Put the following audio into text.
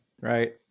right